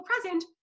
present